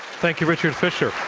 thank you, richard fisher.